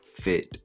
fit